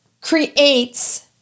creates